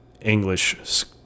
English